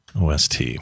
OST